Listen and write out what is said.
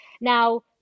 Now